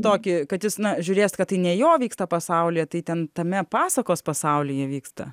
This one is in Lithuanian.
tokį kad jis na žiūrės kad tai ne jo vyksta pasaulyje tai ten tame pasakos pasaulyje vyksta